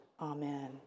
Amen